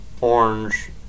orange